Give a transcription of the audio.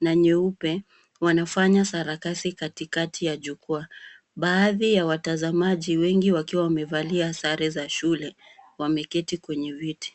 na nyeupe, wanafanya sarakasi katikati ya jukwaa. Baathi ya watazaamaji wengi wakiwa wamevalia sare za shule, wameketi kwenye viti.